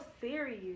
serious